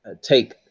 take